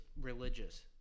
religious